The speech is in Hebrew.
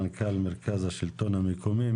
מנכ"ל מרכז השלטון המקומי.